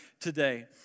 today